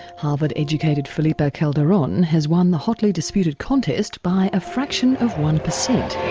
harvard educated felipe calderon has won the hotly disputed contest by a fraction of one percent.